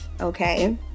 okay